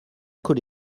could